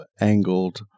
angled